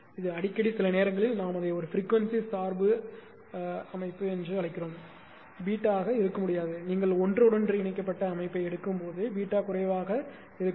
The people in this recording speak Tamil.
இது அடிக்கடி சில நேரங்களில் நாம் அதை ஒரு பிரிக்வன்சி சார்பு அமைப்பு என்று அழைக்கிறோம் ஆக இருக்க முடியாது நீங்கள் ஒன்றோடொன்று இணைக்கப்பட்ட அமைப்பை எடுக்கும்போது குறைவாக இருக்க வேண்டும்